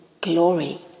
glory